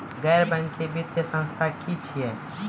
गैर बैंकिंग वित्तीय संस्था की छियै?